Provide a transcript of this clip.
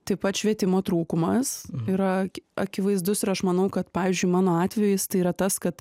taip pat švietimo trūkumas yra akivaizdus ir aš manau kad pavyzdžiui mano atvejis tai yra tas kad